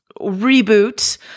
reboot